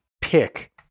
pick